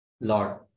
Lord